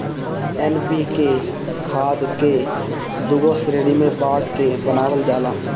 NPK खाद कअ दूगो श्रेणी में बाँट के बनावल जाला